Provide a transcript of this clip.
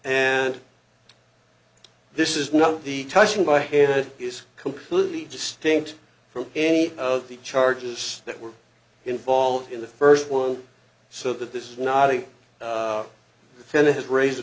and this is not the touching my head is completely distinct from any of the charges that were involved in the first one so that this is not in the senate has raised the